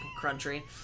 country